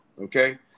okay